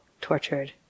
tortured